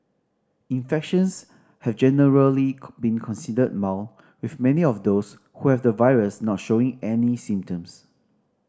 infections have generally been considered mild with many of those who have the virus not showing any symptoms